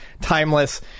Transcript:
timeless